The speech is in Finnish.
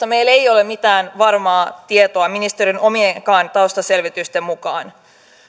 meillä ei ole mitään varmaa tietoa ministerin omienkaan taustaselvitysten mukaan